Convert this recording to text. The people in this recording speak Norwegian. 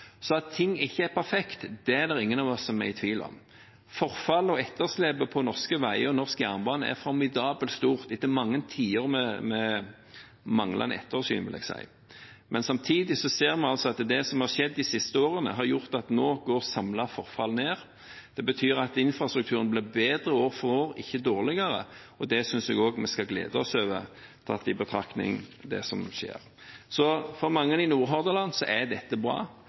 Så at ting ikke er perfekt, er det ingen av oss som er i tvil om. Forfallet og etterslepet på norske veier og norsk jernbane er formidabelt stort etter mange tiår med manglende ettersyn, vil jeg si. Men samtidig ser vi at det som har skjedd de siste årene, har gjort at samlet forfall nå går ned. Det betyr at infrastrukturen blir bedre år for år, ikke dårligere. Det synes jeg vi skal glede oss over, tatt i betraktning det som skjer. Så med tanke på finansieringen: Dette er bra for mange i Nordhordland. For noen er dette ikke bra.